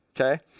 okay